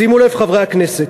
שימו לב, חברי הכנסת,